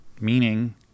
meaning